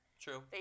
True